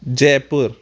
Jaipur